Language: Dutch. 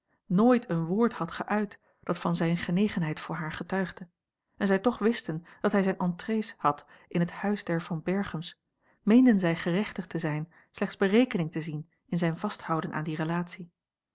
nooit een woord had geuit dat van zijne genegenheid voor haar getuigde en zij toch wisten dat hij zijne entrées had in het huis der van berchems meenden zij gerechtigd te zijn slechts berekening te zien in zijn vasthouden aan die relatie